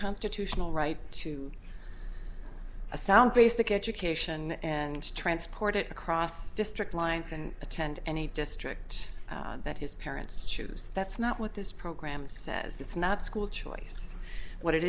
constitutional right to a sound basic education and transport it across district lines and attend any district that his parents choose that's not what this program says it's not school choice what it